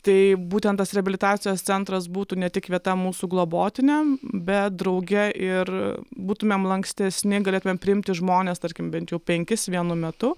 tai būtent tas reabilitacijos centras būtų ne tik vieta mūsų globotiniam bet drauge ir būtumėm lankstesni galėtumėm priimti žmones tarkim bent penkis vienu metu